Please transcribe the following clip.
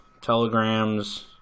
telegrams